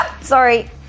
Sorry